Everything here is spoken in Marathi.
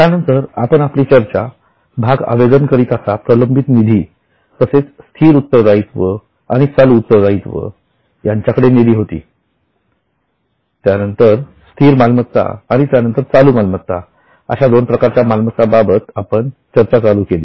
त्यानंतर आपण आपली चर्चा भाग आवेदन कारिताचा प्रलंबित निधी तसेच स्थिर उत्तरदायीत्व आणि चालू उत्तरदायित्व यांच्याकडे नेली होती त्यानंतर स्थिर मालमत्ता आणि त्यानंतर चालू मालमत्ता अशा दोन प्रकारच्या मालमत्ता बाबत आपण चर्चा चालू केली